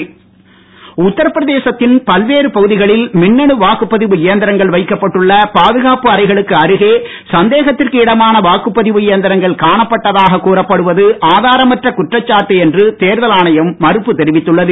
ஆணயம் மறுப்பு உத்தரபிரதேசத்தின் பல்வேறு பகுதிகளில் மின்னணு வாக்குப்பதிவு இயந்திரங்கள் வைக்கப்பட்டுள்ள பாதுகாப்பு அறைகளுக்கு அருகே சந்தேகத்திற்கு இடமான வாக்குப்பதிவு இயந்திரங்கள் காணப்பட்டதாக கூறப்படுவது ஆதாரமற்ற குற்றச்சாட்டு என்று தேர்தல் ஆணையம் தெரிவித்துள்ளது